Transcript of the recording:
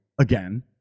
again